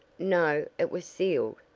no, it was sealed,